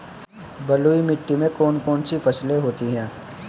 बलुई मिट्टी में कौन कौन सी फसलें होती हैं?